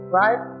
right